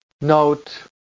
note